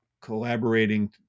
collaborating